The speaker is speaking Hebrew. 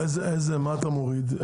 מה אתה מוריד?